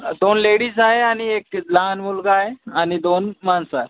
दोन लेडीज आहे आणि एक ते लहान मुलगा आहे आणि दोन माणसं